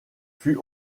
fut